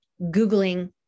Googling